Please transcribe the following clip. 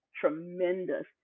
tremendous